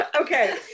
Okay